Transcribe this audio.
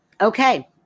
Okay